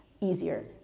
easier